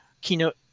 keynote